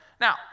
now